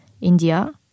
India